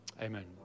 Amen